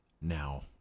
Now